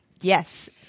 yes